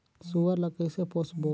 सुअर ला कइसे पोसबो?